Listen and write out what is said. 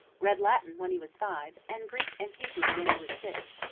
read latin when he was five, and greek and hebrew when he was six.